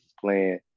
playing